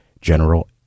General